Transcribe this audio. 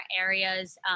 areas